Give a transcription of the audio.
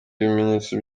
ibimenyetso